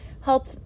help